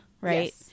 right